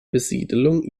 besiedelung